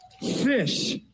Fish